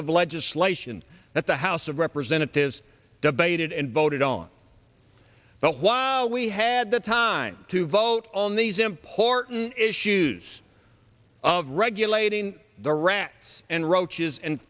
of legislation that the house of representatives debated and voted on the why we had the time to vote on these important issues of regulating the rats and roaches and